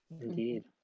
Indeed